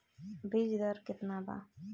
बीज दर केतना बा?